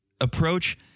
approach